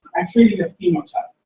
i'm treating a phenotype.